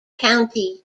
county